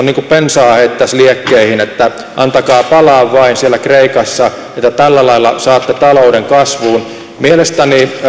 niin kuin bensaa heittäisi liekkeihin että antakaa palaa vain siellä kreikassa että tällä lailla saatte talouden kasvuun mielestäni